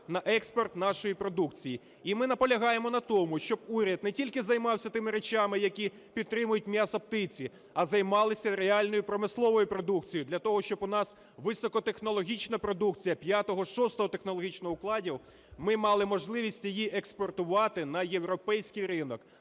на експорт нашої продукції. І ми наполягаємо на тому, щоб уряд не тільки займався тими речами, які підтримують м'ясо птиці, а займалися реальною промисловою продукцією для того, щоб у нас високотехнологічна продукція 5-6-го технологічного укладів… ми мали можливість її експортувати на європейський ринок.